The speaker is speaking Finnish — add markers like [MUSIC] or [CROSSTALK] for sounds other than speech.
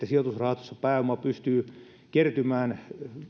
[UNINTELLIGIBLE] sijoitusrahastossa pääoma pystyy kertymään